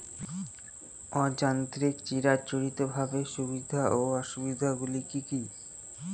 অযান্ত্রিক চিরাচরিতভাবে সুবিধা ও অসুবিধা গুলি কি কি?